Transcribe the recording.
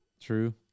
True